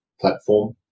platform